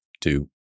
two